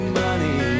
money